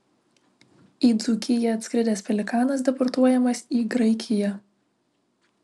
į dzūkiją atskridęs pelikanas deportuojamas į graikiją